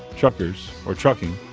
truckers or trucking,